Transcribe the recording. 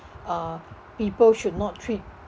uh people should not treat